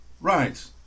Right